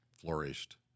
flourished